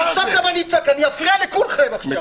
אני גם אצעק, אני אפריע לכולכם עכשיו.